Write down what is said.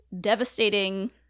devastating